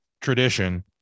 tradition